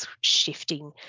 shifting